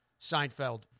Seinfeld